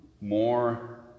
more